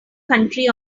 country